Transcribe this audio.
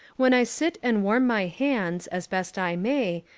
when i sit and warm my hands, as best i may,